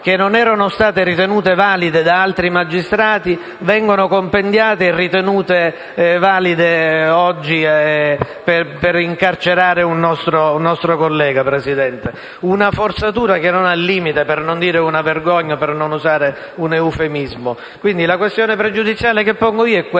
che non erano state ritenute valide da altri magistrati, vengono compendiate e ritenute valide oggi per incarcerare un nostro collega. Signor Presidente, è una forzatura che non ha limiti, per non dire una vergogna, per usare un eufemismo. Quindi, la questione pregiudiziale che pongo è la